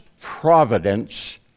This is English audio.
providence